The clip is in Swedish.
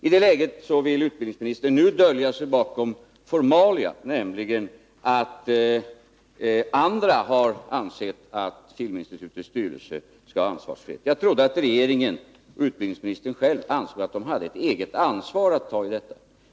I det läget vill utbildningsministern nu dölja sig bakom formalia, nämligen att andra har ansett att filminstitutets styrelse skall ha ansvarsfrihet. Jag trodde att regeringen och utbildningsministern själv ansåg att de hade ett eget ansvar att ta.